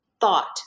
thought